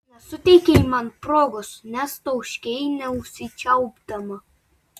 nesuteikei man progos nes tauškei nesusičiaupdama